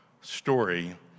story